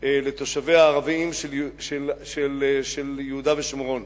לתושבים הערבים של יהודה ושומרון.